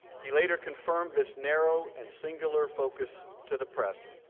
he later confirmed this narrow and singular focus to the press.